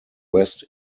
west